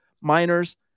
Miners